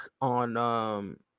on